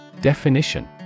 Definition